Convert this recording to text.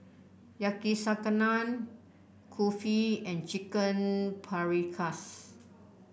Yakizakana Kulfi and Chicken Paprikas